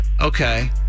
Okay